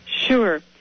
Sure